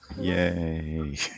Yay